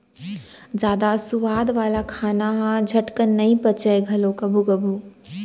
जादा सुवाद वाला खाना ह झटकन नइ पचय घलौ कभू कभू